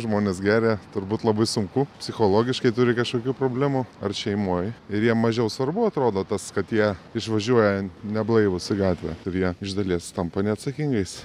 žmonės geria turbūt labai sunku psichologiškai turi kažkokių problemų ar šeimoj ir jiem mažiau svarbu atrodo tas kad jie išvažiuoja neblaivūs į gatvę ir jie iš dalies tampa neatsakingais